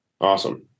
Awesome